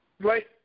Right